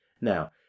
Now